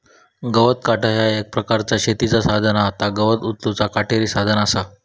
गवत काटा ह्या एक प्रकारचा शेतीचा साधन हा ता गवत उचलूचा काटेरी साधन असा